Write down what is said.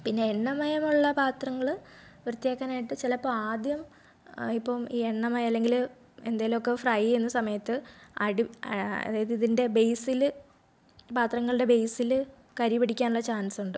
പിന്നെ എണ്ണമയമുള്ള പത്രങ്ങൾ വൃത്തി ആക്കാനായിട്ട് ചിലപ്പോൾ ആദ്യം ഇപ്പോൾ ഈ എണ്ണമയം അല്ലെങ്കിൽ എന്തെങ്കിലുമൊക്കെ ഫ്രയ് ചെയ്യുന്ന സമയത്ത് അടി അതായത് ഇതിൻ്റെ ബെയ്സിൽ പത്രങ്ങളുടെ ബെയ്സിൽ കരി പിടിക്കാനുള്ള ചാൻസുണ്ട്